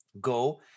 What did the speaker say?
go